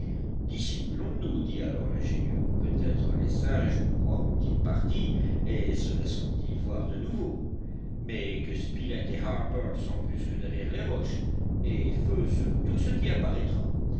dissimulons nous dit alors l'ingénieur peut-être les singes nous croiront ils partis et se laisseront-ils voir de nouveau mais que spilett et harbert s'embusquent derrière les roches et feu sur tout ce qui apparaîtra